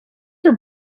your